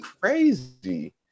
crazy